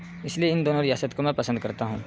اس لیے ان دونوں ریاست کو میں پسند کرتا ہوں